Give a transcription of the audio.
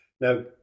now